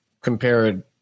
compare